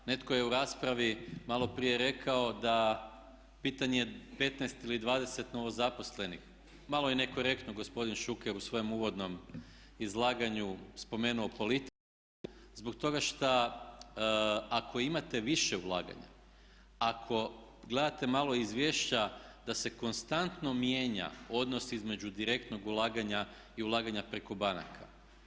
Netko je u raspravi maloprije rekao da pitanje 15 ili 20 novozaposlenih, malo je nekorektno gospodin Šuker u svojem uvodnom izlaganju spomenuo politiku zbog toga šta ako imate više ulaganja, ako gledate malo izvješća da se konstantno mijenja odnos između direktnog ulaganja i ulaganja preko banaka.